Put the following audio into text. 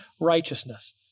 righteousness